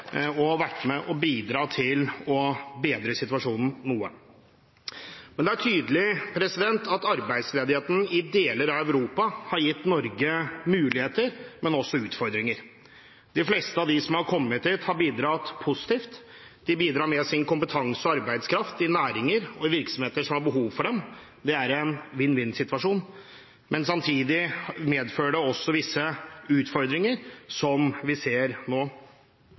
og har vært med på å bidra til å bedre situasjonen noe. Det er tydelig at arbeidsledigheten i deler av Europa har gitt Norge muligheter, men også utfordringer. De fleste av dem som har kommet hit, har bidratt positivt. De bidrar med sin kompetanse og arbeidskraft i næringer og i virksomheter som har behov for dem. Det er en vinn-vinn-situasjon. Men samtidig medfører det også visse utfordringer, som vi ser nå.